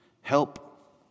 Help